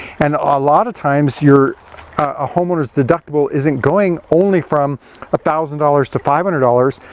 and a lot of times your a homeowner's deductible isn't going only from a thousand dollars to five hundred dollars,